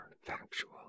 factual